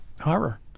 horror